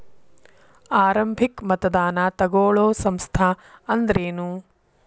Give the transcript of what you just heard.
ಆರಂಭಿಕ್ ಮತದಾನಾ ತಗೋಳೋ ಸಂಸ್ಥಾ ಅಂದ್ರೇನು?